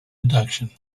deduction